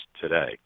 today